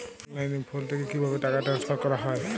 অনলাইনে ফোন থেকে কিভাবে টাকা ট্রান্সফার করা হয়?